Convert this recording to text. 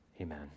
Amen